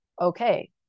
okay